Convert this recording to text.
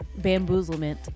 bamboozlement